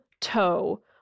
toe